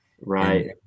Right